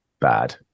bad